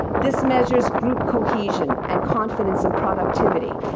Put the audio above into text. this measures group cohesion and confidence and productivity.